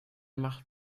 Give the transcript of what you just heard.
macht